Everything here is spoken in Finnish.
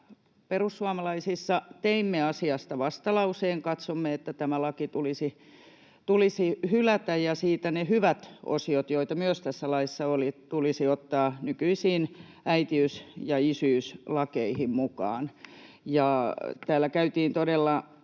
perussuomalaisissa teimme asiasta vastalauseen. Katsomme, että tämä laki tulisi hylätä ja siitä ne hyvät osiot, joita myös tässä laissa oli, tulisi ottaa nykyisiin äitiys‑ ja isyyslakeihin mukaan. Täällä käytiin todella